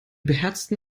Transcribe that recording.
beherzten